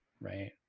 Right